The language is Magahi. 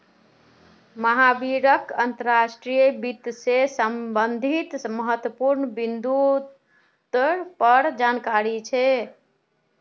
महावीरक अंतर्राष्ट्रीय वित्त से संबंधित महत्वपूर्ण बिन्दुर पर जानकारी छे